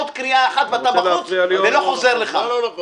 עוד קריאה אחת ואתה בחוץ, ולא חוזר לכאן.